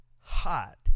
hot